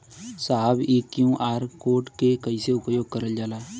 साहब इ QR code के कइसे उपयोग करल जाला?